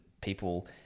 people